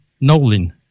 Nolan